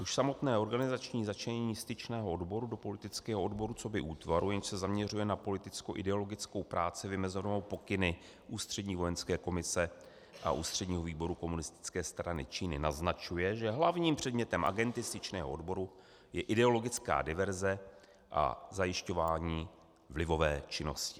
Už samotné organizační začlenění styčného odboru do politického odboru coby útvaru, jenž se zaměřuje na politickoideologickou práci vymezovanou pokyny Ústřední vojenské komise a Ústředního výboru Komunistické strany Číny, naznačuje, že hlavním předmětem agendy styčného odboru je ideologická diverze a zajišťování vlivové činnosti.